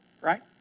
right